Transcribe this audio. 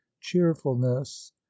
cheerfulness